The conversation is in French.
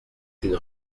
une